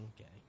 Okay